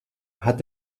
hat